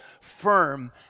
firm